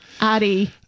Addie